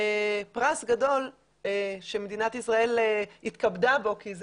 פרס גדול שמדינת ישראל התכבדה בו כי זו